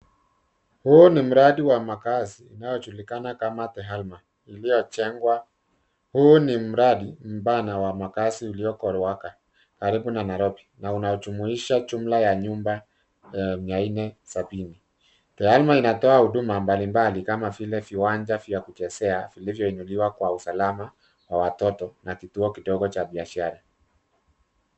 Huu ni mradi wa makazi unaojulikana kama The Alma uliojengwa. Huu ni mradi mpana wa makazi ulioko Ruaka karibu na Nairobi na unajumuisha jumla ya nyumba 470. The Alma inatoa huduma mbalimbali kama vile viwanja vya kuchezea vilivyoinuliwa kwa usalama wa watoto na kituo kidogo cha biashara.